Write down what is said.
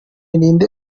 irinde